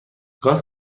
گاز